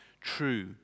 true